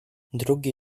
drugi